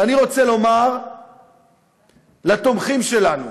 ואני רוצה לומר לתומכים שלנו